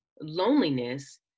loneliness